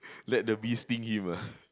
let the bee sting him ah